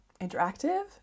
interactive